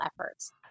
efforts